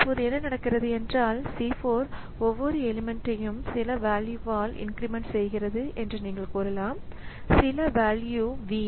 இப்போது என்ன நடக்கிறது என்றால் C4 ஒவ்வொரு எலிமன்ட்டையும் சில வேல்யூவால் இன்கிரிமெண்ட் செய்கிறது என்று நீங்கள் கூறலாம் சில வேல்யூ v